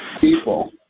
people